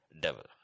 devil